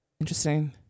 Interesting